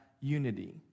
unity